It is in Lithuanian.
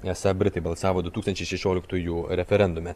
esą britai balsavo du tūkstančiai šešioliktųjų referendume